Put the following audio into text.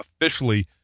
officially